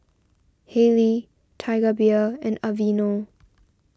Haylee Tiger Beer and Aveeno